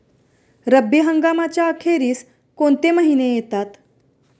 रब्बी हंगामाच्या अखेरीस कोणते महिने येतात?